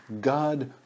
God